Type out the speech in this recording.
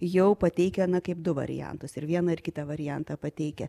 jau pateikia na kaip du variantus ir vieną ir kitą variantą pateikia